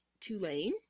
tulane